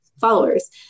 followers